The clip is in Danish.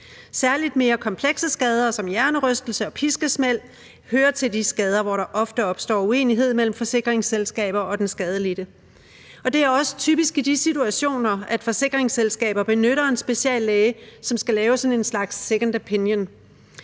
Særlig mere komplekse skader som hjernerystelse og piskesmæld hører til de skader, hvor der ofte opstår uenighed mellem forsikringsselskaber og den skadelidte. Og det er også typisk i de situationer, at forsikringsselskaber benytter en speciallæge, som skal lave sådan en slags second opinion.